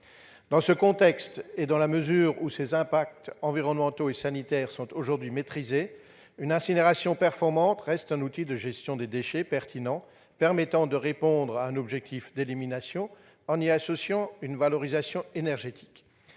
Dans ce contexte, et dans la mesure où ses impacts environnementaux et sanitaires sont aujourd'hui maîtrisés, une incinération performante reste un outil de gestion des déchets pertinent permettant de répondre à un objectif d'élimination, en y associant une valorisation énergétique.